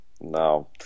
no